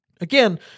again